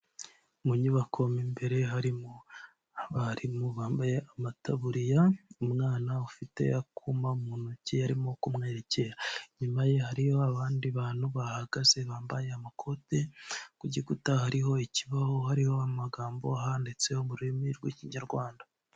Mu nyubako mo imbere harimo abarimu bambaye amataburiya umwana ufite akuma mu ntoki arimo kumwerekera, inyuma ye hariyo abandi bantu bahagaze bambaye amakote, ku gikuta hariho ikibaho hariho amagambo ahanditseho mu rurimi rw'ikinyarwanda.